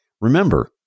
Remember